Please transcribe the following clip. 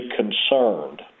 concerned